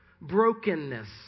brokenness